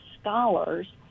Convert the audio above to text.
scholars